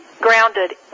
grounded